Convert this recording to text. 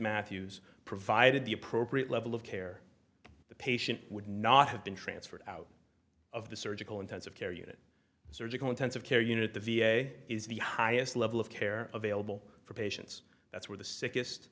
matthews provided the appropriate level of care the patient would not have been transferred out of the surgical intensive care unit surgical intensive care unit the v a is the highest level of care available for patients that's where the sickest